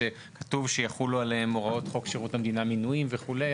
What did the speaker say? שכתוב שיחולו עליהם הוראות חוק שירות המדינה (מינויים) וכולי,